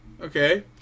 Okay